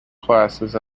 classes